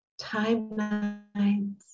timelines